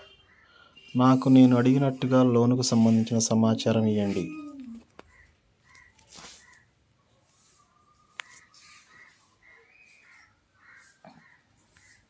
నాకు నేను అడిగినట్టుగా లోనుకు సంబందించిన సమాచారం ఇయ్యండి?